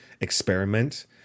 experiment